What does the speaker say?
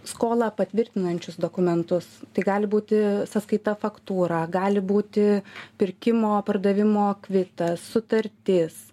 skolą patvirtinančius dokumentus tai gali būti sąskaita faktūra gali būti pirkimo pardavimo kvitas sutartis